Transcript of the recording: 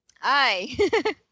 Hi